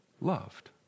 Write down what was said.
loved